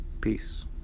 Peace